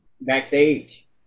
backstage